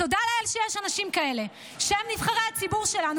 תודה לאל שיש אנשים כאלה שהם נבחרי הציבור שלנו,